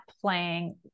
playing